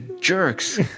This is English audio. jerks